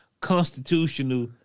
constitutional